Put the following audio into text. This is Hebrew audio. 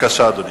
בבקשה, אדוני.